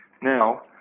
Now